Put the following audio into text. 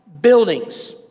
buildings